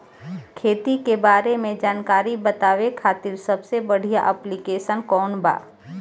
खेती के बारे में जानकारी बतावे खातिर सबसे बढ़िया ऐप्लिकेशन कौन बा?